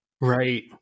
right